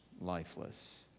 lifeless